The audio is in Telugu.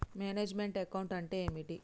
మేనేజ్ మెంట్ అకౌంట్ అంటే ఏమిటి?